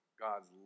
God's